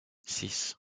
six